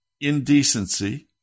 indecency